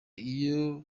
iyo